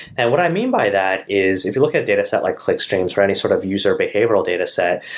and what i mean by that is if you look at data set like clickstreams or any sort of user behavioral data set,